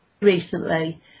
recently